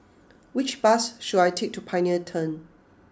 which bus should I take to Pioneer Turn